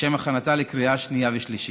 לשם הכנתה לקריאה שנייה ושלישית.